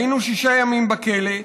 היינו שישה ימים בכלא.